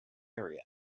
area